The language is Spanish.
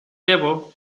llevo